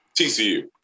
TCU